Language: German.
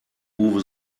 uwe